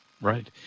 Right